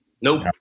Nope